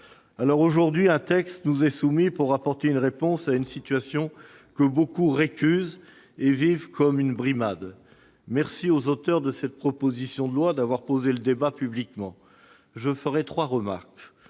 Aujourd'hui, un texte nous est soumis pour apporter une réponse à une situation que beaucoup récusent et vivent comme une brimade. Merci aux auteurs de cette proposition de loi d'avoir posé le débat publiquement ! Je ferai trois remarques